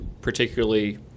particularly